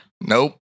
Nope